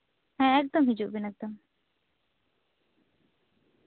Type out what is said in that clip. ᱦᱮᱸ ᱮᱠᱫᱚᱢ ᱦᱤᱡᱩᱜ ᱵᱮᱱ ᱮᱠᱫᱚᱢ